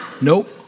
Nope